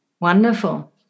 Wonderful